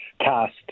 cast